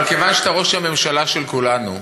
אבל כיוון שאתה ראש הממשלה של כולנו,